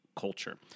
culture